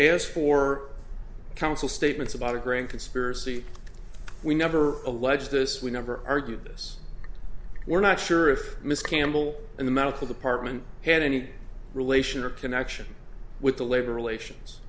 asked for counsel statements about a grand conspiracy we never allege this we never argued this we're not sure if ms campbell and the medical department had any relation or connection with the labor relations